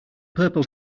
purple